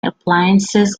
appliances